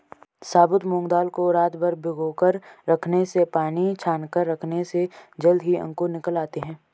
साबुत मूंग दाल को रातभर भिगोकर रखने से पानी छानकर रखने से जल्दी ही अंकुर निकल आते है